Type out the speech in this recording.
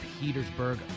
Petersburg